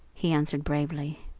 he answered bravely,